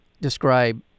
describe